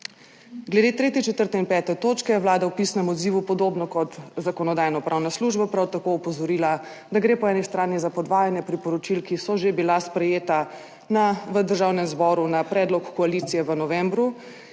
Glede 3., 4. in 5. točke je Vlada v pisnem odzivu, podobno kot Zakonodajno-pravna služba, prav tako opozorila, da gre po eni strani za podvajanje priporočil, ki so že bila sprejeta v Državnem zboru na predlog koalicije v novembru